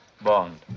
Bond